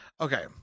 Okay